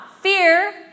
fear